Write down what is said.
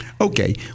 Okay